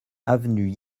avenue